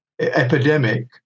epidemic